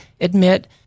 admit